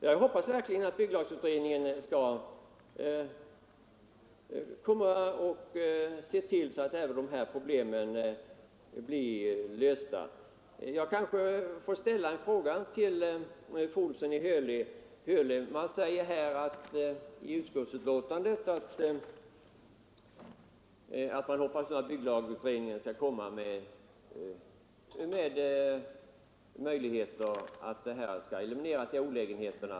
Jag hoppas verkligen att bygglagutredningen skall se till, att även de här problemen blir lösta. Kanske får jag ställa en fråga till fru Olsson i Hölö. Utskottet säger i sitt betänkande att det hoppas att bygglagutredningens förslag skall ge möjligheter att eliminera de här olägenheterna.